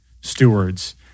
stewards